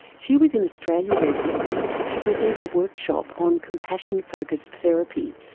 she was in australia recently to present a workshop on compassion focussed therapy,